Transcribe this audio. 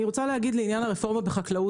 אני רוצה להגיד לעניין הרפורמה בחקלאות